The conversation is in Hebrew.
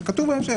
זה כתוב בהמשך.